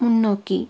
முன்னோக்கி